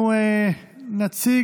אנחנו נציג,